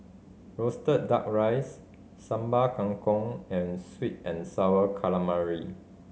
roasted Duck Rice Sambal Kangkong and sweet and Sour Calamari